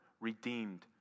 Redeemed